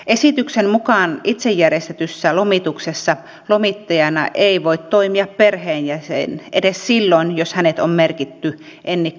esityksen mukaan itse järjestetyssä lomituksessa lomittajana ei voi toimia perheenjäsen edes silloin jos hänet on merkitty ennakkoperintärekisteriin